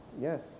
yes